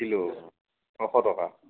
kilo ছশ টকা